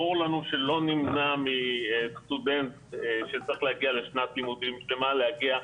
ברור לנו שלא נמנע מסטודנט שצריך להגיע לשנת לימודים שלמה להגיע,